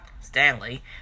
Stanley